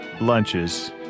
lunches